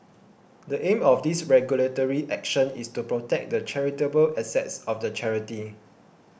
the aim of this regulatory action is to protect the charitable assets of the charity